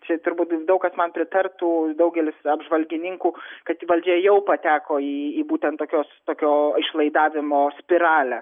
čia turbūt daug kas man pritartų daugelis apžvalgininkų kad valdžia jau pateko į į būtent tokios tokio išlaidavimo spiralę